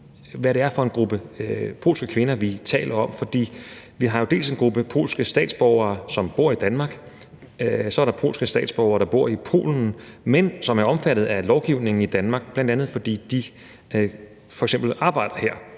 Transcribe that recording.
hvad det er for en gruppe polske kvinder, vi taler om. Vi har en gruppe polske statsborgere, som bor i Danmark. Så er der polske statsborgere, der bor i Polen, men som er omfattet af lovgivningen i Danmark, bl.a. fordi de f.eks. arbejder her.